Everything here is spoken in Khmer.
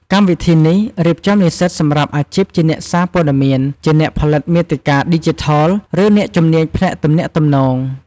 កម្មវិធីនេះរៀបចំនិស្សិតសម្រាប់អាជីពជាអ្នកសារព័ត៌មាន អ្នកផលិតមាតិកាឌីជីថល ឬអ្នកជំនាញផ្នែកទំនាក់ទំនង។